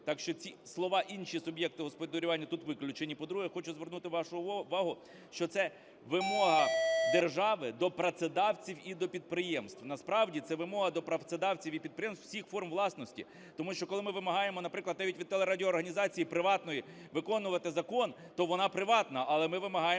Так що ці слова " інші суб'єкти господарювання" тут виключені. По-друге, хочу звернути вашу увагу, що це вимога держави до працедавців і підприємств. Насправді це вимога до працедавців і підприємств всіх форм власності, тому що, коли ми вимагаємо, наприклад, навіть від телерадіоорганізації приватної виконувати закон, то вона приватна, але ми вимагаємо